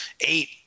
eight